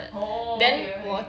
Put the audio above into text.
orh okay okay